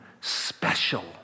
special